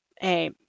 hey